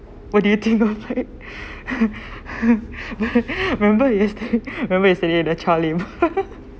what do you think of it remember yesterday remember yesterday the cha lim